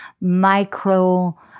micro